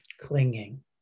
clinging